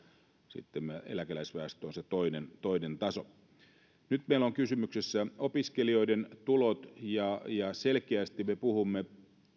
sitten eläkeläisväestö on se toinen toinen taso nyt meillä ovat kysymyksessä opiskelijoiden tulot ja ja selkeästi me puhumme